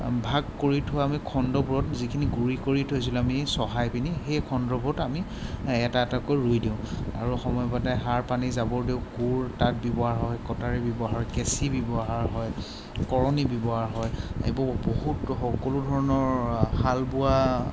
ভাগ কৰি থোৱা আমি খণ্ডবোৰত যিখিনি গুড়ি কৰি থৈছিলোঁ আমি চহাই পিনি সেই খণ্ডবোৰত আমি এটা এটাকৈ ৰুই দিওঁ আৰু সময়মতে সাৰ পানী জাবৰ দিওঁ কোৰ তাত ব্যৱহাৰ হয় কটাৰী ব্যৱহাৰ কেঁচি ব্যৱহাৰ হয় কৰণি ব্যৱহাৰ হয় এইবোৰ বহুত সকলো ধৰণৰ হাল বোৱা